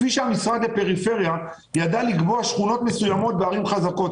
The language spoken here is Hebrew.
כפי שהמשרד לפריפריה ידע לקבוע שכונות מסוימות בערים חזקות,